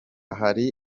hari